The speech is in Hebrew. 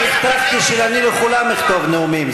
אני הבטחתי שאני לכולם אכתוב נאומים.